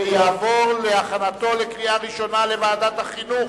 והוא יעבור להכנתו לקריאה ראשונה לוועדת החינוך,